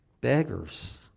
Beggars